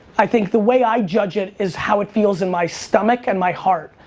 i think the way i judge it is how it feels in my stomach and my heart.